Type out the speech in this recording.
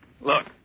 Look